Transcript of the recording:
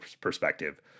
perspective